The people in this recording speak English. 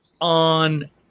on